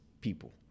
people